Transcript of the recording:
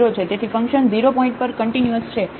તેથી function 0 point પર continuous છે